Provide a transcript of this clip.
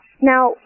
Now